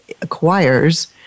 acquires